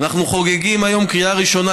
אנחנו חוגגים היום קריאה ראשונה,